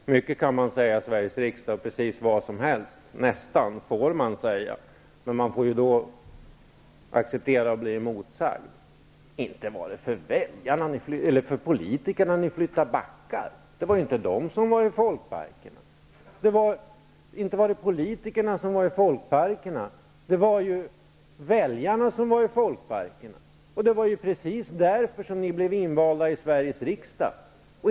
Herr talman! Man kan säga mycket i Sveriges riksdag, och man får nästan säga precis vad som helst. Men man får då acceptera att bli emotsagd. Inte var det för politikernas skull ni flyttade backar. Det var inte politikerna som var i folkparkerna. Det var väljarna som var i folkparkerna, och det var därför ni blev invalda i Sveriges riksdag.